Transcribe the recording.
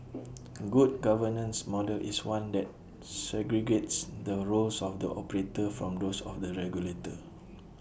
A good governance model is one that segregates the roles of the operator from those of the regulator